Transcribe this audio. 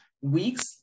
weeks